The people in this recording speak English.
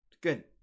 Good